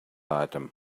item